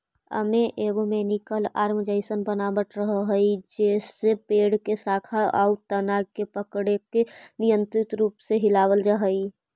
एमे एगो mechanical arm जइसन बनावट रहऽ हई जेसे पेड़ के शाखा आउ तना के पकड़के नियन्त्रित रूप से हिलावल जा हई